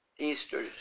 Easter